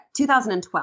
2012